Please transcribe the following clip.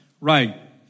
right